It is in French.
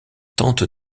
tente